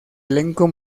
elenco